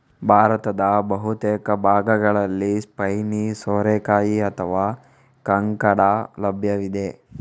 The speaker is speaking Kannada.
ಭಾರತದ ಬಹುತೇಕ ಭಾಗಗಳಲ್ಲಿ ಸ್ಪೈನಿ ಸೋರೆಕಾಯಿ ಅಥವಾ ಕಂಕಡ ಲಭ್ಯವಿದೆ